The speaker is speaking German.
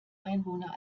einwohner